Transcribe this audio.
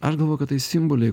aš galvoju kad tai simboliai